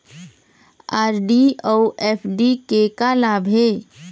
RD अऊ FD के का लाभ हे?